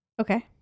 Okay